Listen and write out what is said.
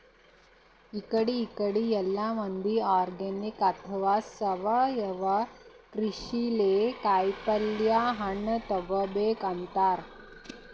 ಇಕಡಿ ಇಕಡಿ ಎಲ್ಲಾ ಮಂದಿ ಆರ್ಗಾನಿಕ್ ಅಥವಾ ಸಾವಯವ ಕೃಷಿಲೇ ಕಾಯಿಪಲ್ಯ ಹಣ್ಣ್ ತಗೋಬೇಕ್ ಅಂತಾರ್